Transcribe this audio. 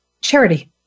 Charity